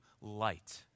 light